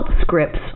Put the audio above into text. scripts